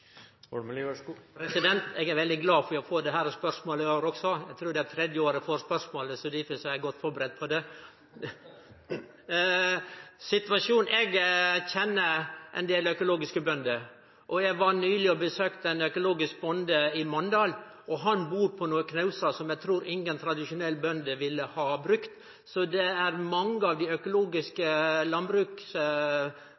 Eg er veldig glad for å få dette spørsmålet i år òg. Eg trur det er tredje året eg får spørsmålet, så derfor er eg godt førebudd på det. Eg kjenner ein del økologiske bønder, og eg var nyleg og besøkte ein økologisk bonde i Mandal. Han bur på nokre knausar som eg trur ingen tradisjonelle bønder ville ha brukt. Det er mange av dei